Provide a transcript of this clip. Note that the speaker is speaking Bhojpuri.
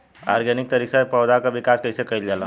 ऑर्गेनिक तरीका से पौधा क विकास कइसे कईल जाला?